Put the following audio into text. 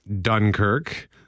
Dunkirk